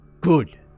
Good